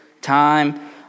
time